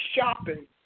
shopping